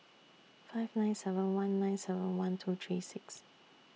five nine seven one nine seven one two three six